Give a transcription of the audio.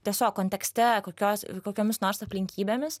tiesiog kontekste kokios kokiomis nors aplinkybėmis